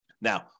Now